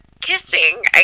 kissing